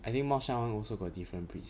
I think 猫山王 also got different breeds